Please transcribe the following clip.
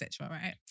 right